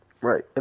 Right